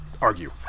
argue